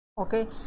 okay